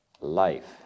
life